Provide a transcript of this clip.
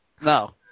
No